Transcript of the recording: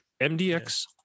MDX